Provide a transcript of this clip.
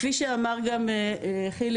כפי שאמר חיליק,